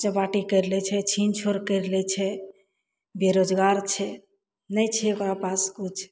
चपाटी करि लै छै छिन छोड़ करि लै छै बेरोजगार छै नहि छै ओकरा पास किछु